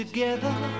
Together